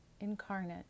incarnate